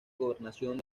gobernación